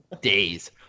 days